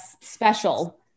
special